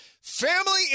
family